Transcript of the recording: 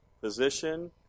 position